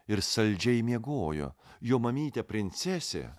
ir saldžiai miegojo jo mamytė princesė